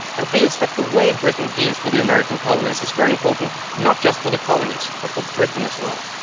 and feels that the way britain deals with the american colonies is very important not just for the colonies, but for britain as well.